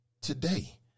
today